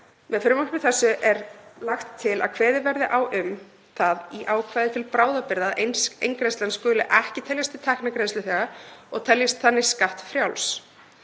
Með frumvarpi þessu er lagt til að kveðið verði á um það í ákvæði til bráðabirgða að eingreiðslan skuli ekki teljast til tekna greiðsluþega og teljist þannig skattfrjáls